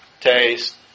taste